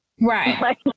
Right